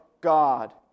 God